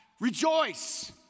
Rejoice